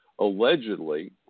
allegedly